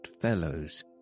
fellows